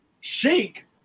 shake